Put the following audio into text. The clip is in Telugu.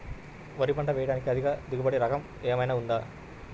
వరి పంట వేయటానికి అధిక దిగుబడి రకం ఏమయినా ఉందా?